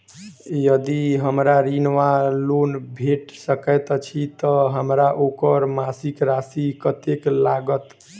यदि हमरा ऋण वा लोन भेट सकैत अछि तऽ हमरा ओकर मासिक राशि कत्तेक लागत?